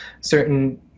certain